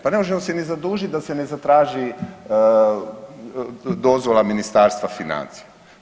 Pa ne možemo se ni zadužiti da se ne zatraži dozvola Ministarstva financija.